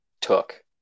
took